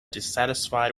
dissatisfied